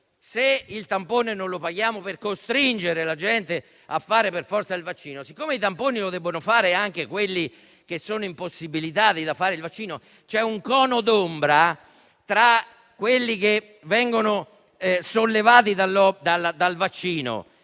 se il tampone non lo paghiamo, per costringere la gente a fare per forza il vaccino, e siccome i tamponi devono essere fatti anche da coloro che sono impossibilitati a fare il vaccino, si determina un cono d'ombra tra quelli che vengono sollevati dall'obbligo